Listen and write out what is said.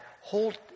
hold